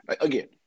Again